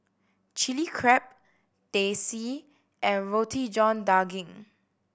Chilli Crab Teh C and Roti John Daging